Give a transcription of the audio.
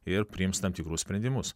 ir priims tam tikrus sprendimus